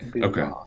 Okay